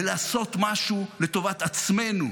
בלעשות משהו לטובת עצמנו